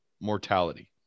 mortality